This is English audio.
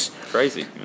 crazy